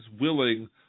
willing